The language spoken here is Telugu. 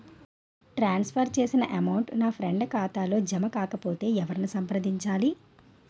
ట్రాన్స్ ఫర్ చేసిన అమౌంట్ నా ఫ్రెండ్ ఖాతాలో జమ కాకపొతే ఎవరిని సంప్రదించాలి?